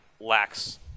lacks